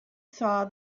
saw